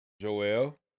Joel